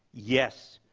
yes.